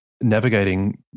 navigating